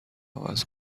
عوض